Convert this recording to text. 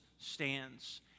stands